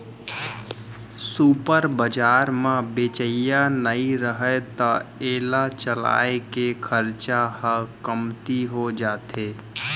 super बजार म बेचइया नइ रहय त एला चलाए के खरचा ह कमती हो जाथे